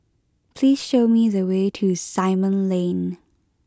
please show me the way to Simon Lane